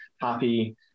happy